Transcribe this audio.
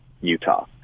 Utah